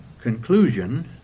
conclusion